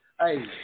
hey